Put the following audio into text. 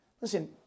Listen